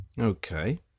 Okay